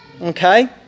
Okay